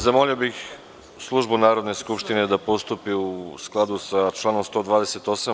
Zamolio bih službu Narodne skupštine da postupi u skladu sa članom 128.